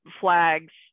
flags